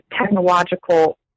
technological